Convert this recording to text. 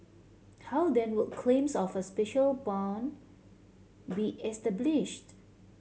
how then would claims of a special bond be established